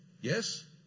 Yes